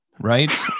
Right